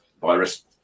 Virus